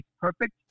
perfect